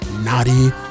naughty